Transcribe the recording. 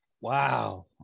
Wow